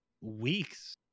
weeks